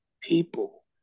people